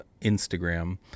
Instagram